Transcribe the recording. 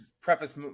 preface